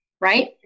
right